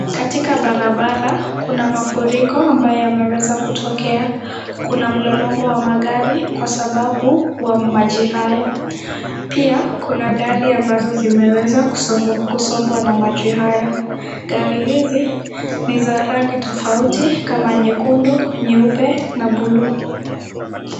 Katika barabara kuna mafuriko ambayo yameweza kutokea. Kuna mlolongo wa magari kwa sababu wa maji haya. Pia kuna gari ambazo zimeweza kusongwa na maji haya. Gari hizi ni za rangi tofauti kama nyekundu, nyeupe na buluu.